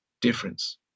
difference